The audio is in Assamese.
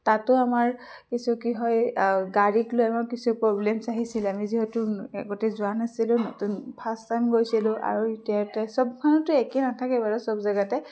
তাতো আমাৰ কিছু কি হয় গাড়ীক লৈ আমাৰ কিছু প্ৰব্লেমচ আহিছিলে আমি যিহেতু আগতে যোৱা নাছিলোঁ নতুন ফাৰ্ষ্ট টাইম গৈছিলোঁ আৰু চব মানুহটো একে নাথাকে বাৰু চব জেগাতে